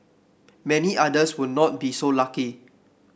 many others will not be so lucky